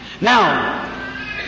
Now